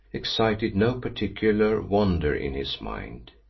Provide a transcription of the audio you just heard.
excited no particular wonder in his mind.